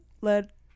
let